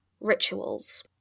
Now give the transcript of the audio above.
rituals